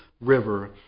river